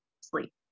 sleep